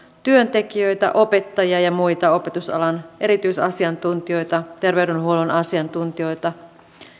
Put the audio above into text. työntekijöitä opettajia ja muita opetusalan erityisasiantuntijoita terveydenhuollon asiantuntijoita